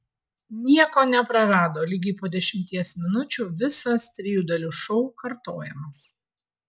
nieko neprarado lygiai po dešimties minučių visas trijų dalių šou kartojamas